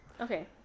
Okay